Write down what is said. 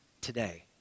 today